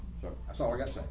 so that's our guest.